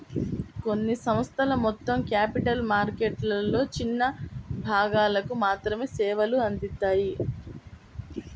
కొన్ని సంస్థలు మొత్తం క్యాపిటల్ మార్కెట్లలో చిన్న భాగాలకు మాత్రమే సేవలు అందిత్తాయి